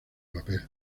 papel